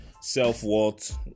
self-worth